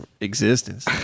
existence